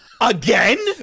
Again